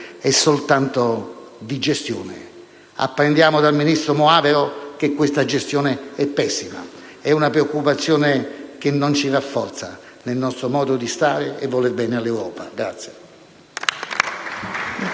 e non di gestione. Apprendiamo dall'ex ministro Moavero che questa gestione è pessima. È una preoccupazione che non ci rafforza nel nostro modo di stare e voler bene all'Europa.